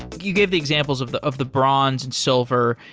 you gave the examples of the of the bronze, and silver,